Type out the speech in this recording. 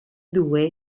due